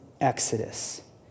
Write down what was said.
exodus